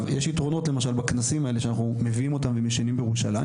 יש יתרונות למשל בכנסים האלה שאנחנו מביאים אותם והם ישנים בירושלים.